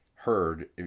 heard